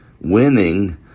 Winning